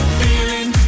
feeling